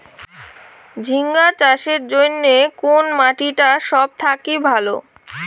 ঝিঙ্গা চাষের জইন্যে কুন মাটি টা সব থাকি ভালো?